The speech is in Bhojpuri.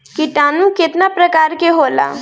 किटानु केतना प्रकार के होला?